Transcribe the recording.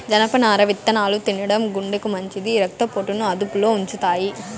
జనపనార విత్తనాలు తినడం గుండెకు మంచిది, రక్త పోటును అదుపులో ఉంచుతాయి